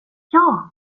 jag